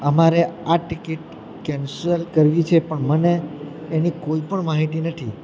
અમારે આ ticket cancel કરવી છે પણ મને એની કોઈપણ માહિતી નથી